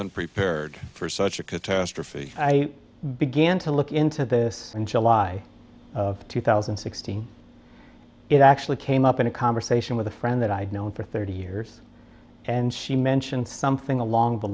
unprepared for such a catastrophe i began to look into this in july of two thousand and sixteen it actually came up in a conversation with a friend that i had known for thirty years and she mentioned something along the